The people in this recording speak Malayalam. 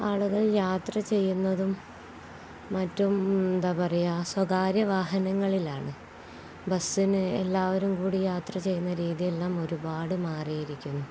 ആളുകൾ യാത്ര ചെയ്യുന്നതും മറ്റും എന്താണു പറയുക സ്വകാര്യ വാഹനങ്ങളിലാണ് ബസ്സിന് എല്ലാവരും കൂടി യാത്ര ചെയ്യുന്ന രീതിയെല്ലാം ഒരുപാടു മാറിയിരിക്കുന്നു